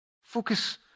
Focus